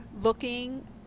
looking